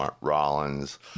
Rollins